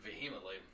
vehemently